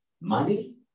money